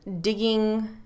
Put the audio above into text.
digging